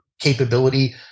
capability